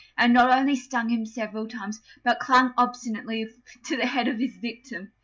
and not only stung him several times, but clung obstinately to the head of his victim.